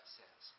says